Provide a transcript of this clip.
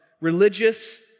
religious